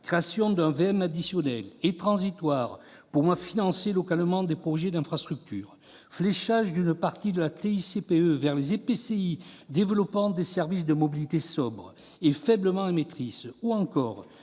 mobilité additionnel et transitoire pour financer localement des projets d'infrastructures ; fléchage d'une partie de la TICPE vers les EPCI développant des services de mobilité sobre et faiblement émettrice ; ou encore